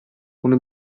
bunu